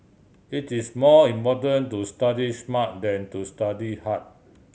it is more important to study smart than to study hard